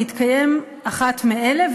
בהתקיים אחת מאלה",